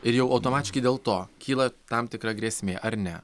ir jau automatiškai dėl to kyla tam tikra grėsmė ar ne